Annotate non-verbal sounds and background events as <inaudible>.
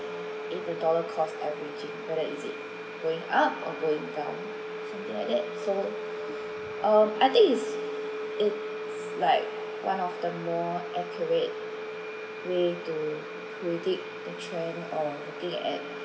in the dollar cost averaging whether is it going up or going down something like that so <breath> um I think it's it's like one of the more accurate way to predict the trend or looking at